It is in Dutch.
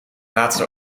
laatste